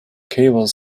cables